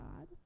God